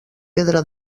pedra